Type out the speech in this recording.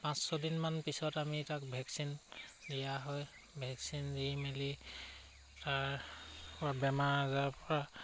পাঁচ ছয়দিনমান পিছত আমি তাক ভেকচিন দিয়া হয় ভেকচিন দি মেলি তাৰ বেমাৰ আজাৰৰ পৰা